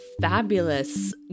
fabulous